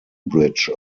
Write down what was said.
bridge